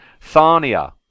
Thania